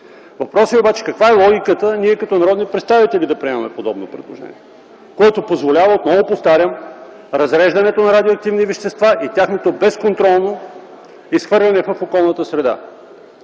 Въпросът е: каква е логиката ние като народни представители да приемаме подобно предложение? Отново повтарям, то позволява разреждането на радиоактивни вещества и тяхното безконтролно изхвърляне в околната среда.